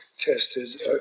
tested